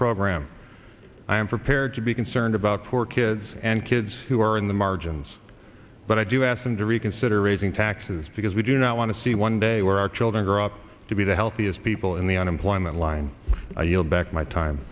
program i am prepared to be concerned about poor kids and kids who are in the margins but i do ask them to reconsider raising taxes because we do not want to see one day where our children grow up to be the healthiest people in the unemployment line i yield back my time